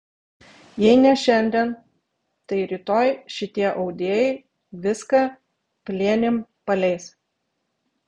jei ne šiandien tai rytoj šitie audėjai viską plėnim paleis